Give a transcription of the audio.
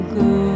go